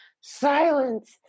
silence